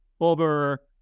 over